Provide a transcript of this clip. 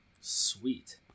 sweet